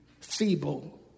feeble